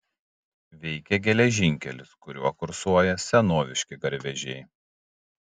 veikia geležinkelis kuriuo kursuoja senoviški garvežiai